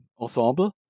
ensemble